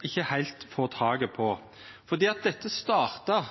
ikkje heilt får tak på. Dette starta